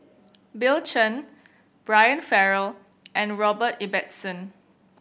Bill Chen Brian Farrell and Robert Ibbetson